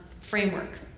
framework